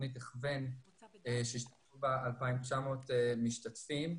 תוכנית הכוון שהשתתפו בה 2,900 משתתפים.